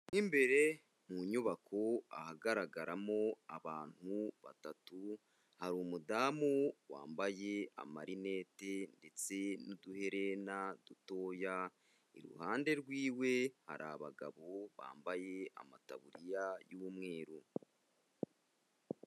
Mo imbere mu nyubako ahagaragaramo abantu batatu, hari umudamu wambaye amarinete ndetse n'uduherena dutoya, iruhande rwiwe hari abagabo bambaye amataburiya y'umweru.